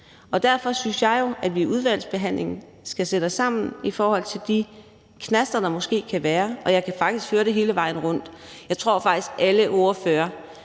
Derfor synes jeg jo, at vi i udvalgsbehandlingen skal sætte os sammen i forhold til de knaster, der måske kan være, og jeg kan faktisk høre det hele vejen rundt. Jeg tror måske, alle ordførere